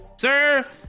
Sir